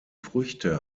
früchte